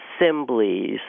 assemblies